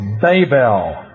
Babel